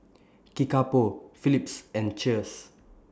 Kickapoo Phillips and Cheers